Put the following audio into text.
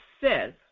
says